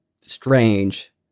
strange